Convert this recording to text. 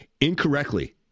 incorrectly